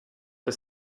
for